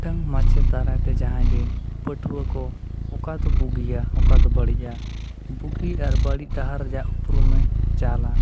ᱢᱤᱫᱴᱟᱝ ᱢᱮᱪᱮᱫ ᱫᱟᱨᱟᱭᱛᱮ ᱡᱟᱦᱟᱸᱜᱮ ᱯᱟᱹᱴᱷᱟᱣᱟᱹ ᱠᱚ ᱚᱠᱟ ᱫᱚ ᱵᱩᱜᱤᱭᱟ ᱚᱠᱟ ᱫᱚ ᱵᱟᱲᱤᱡ ᱟ ᱵᱩᱜᱤ ᱟᱨ ᱵᱟᱲᱤᱡ ᱰᱟᱦᱟᱨ ᱨᱮᱭᱟᱜ ᱩᱯᱨᱩᱢᱮ ᱪᱟᱞᱟ